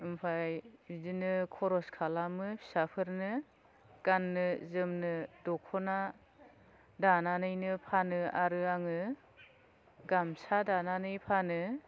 आमफ्राय बिदिनो खरस खालामो फिसाफोरनो गान्नो जोमनो दख'ना दानानैनो फानो आरो आङो गामसा दानानै फानो